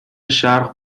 شرق